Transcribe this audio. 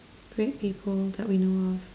great people that we know of